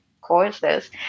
courses